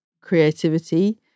creativity